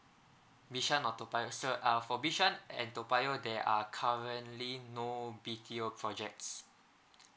bishan or toa payoh sir uh for bishan and toa payoh there are currently no B_T_O projects